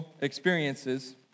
experiences